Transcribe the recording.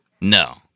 No